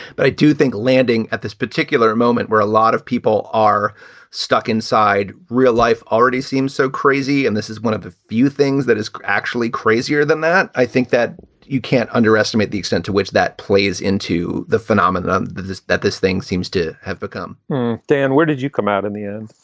but i do think landing at this particular moment where a lot of people are stuck inside real-life already seems so crazy. and this is one of the few things that is actually crazier than that. i think that you can't underestimate the extent to which that plays into the phenomenon that this thing seems to have become dan, where did you come out in the end?